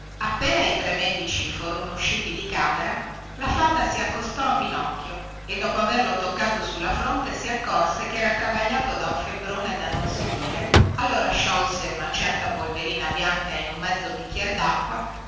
appena i tre medici furono usciti di camera la fata si accostò a pinocchio e dopo averlo toccato sulla fronte si accòrse che era travagliato da un febbrone da non si dire allora sciolse una certa polverina bianca in un mezzo bicchier dacqua